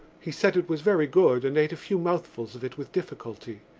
he said it was very good and ate a few mouthfuls of it with difficulty.